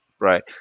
Right